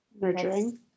Nurturing